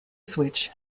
switch